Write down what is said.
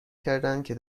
کردندکه